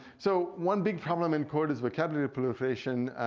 so one big problem in code is vocabulary proliferation.